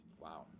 Wow